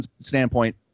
standpoint